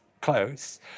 close